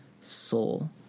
soul